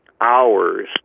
hours